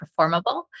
Performable